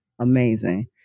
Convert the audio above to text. Amazing